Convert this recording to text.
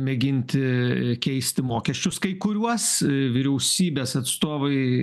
mėginti keisti mokesčius kai kuriuos vyriausybės atstovai